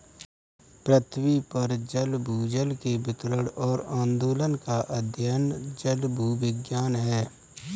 पृथ्वी पर जल भूजल के वितरण और आंदोलन का अध्ययन जलभूविज्ञान है